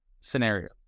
scenario